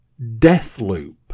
Deathloop